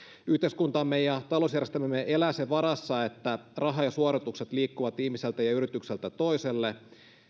yhteiskuntamme ja talousjärjestelmämme elää sen varassa että raha ja suoritukset liikkuvat ihmiseltä ja ja yritykseltä toiselle